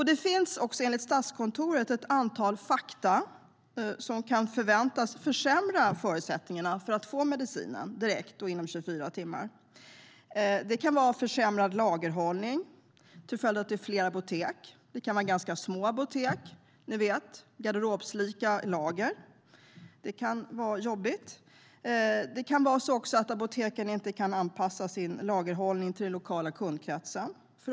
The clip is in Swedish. Det finns enligt Statskontoret ett antal faktorer som kan förväntas försämra förutsättningarna för att man ska få medicinen direkt eller inom 24 timmar. Det kan vara försämrad lagerhållning till följd av att det är fler apotek - det kan vara ganska små apotek med garderobslika lager, vilket kan vara jobbigt. Det kan också vara på det sättet att apoteken inte kan anpassa sin lagerhållning efter den lokala kundkretsen.